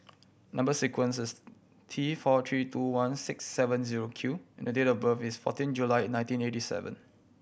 number sequence is T four three two one six seven zero Q and date of birth is fourteen July nineteen eighty seven